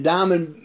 Diamond